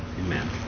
Amen